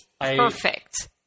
perfect